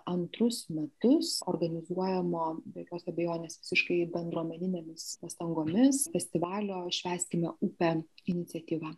antrus metus organizuojamo be jokios abejonės visiškai bendruomeninėmis pastangomis festivalio švęskime upę iniciatyva